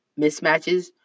Mismatches